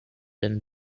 and